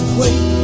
wait